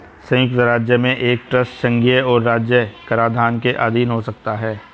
संयुक्त राज्य में एक ट्रस्ट संघीय और राज्य कराधान के अधीन हो सकता है